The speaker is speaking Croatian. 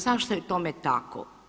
Zašto je tome tako?